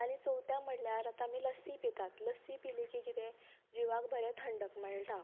आनी चवथे म्हणल्यार आता आमी लस्सी पितात लस्सी पीली की कितें जिवाक बरें थंडक मेळटा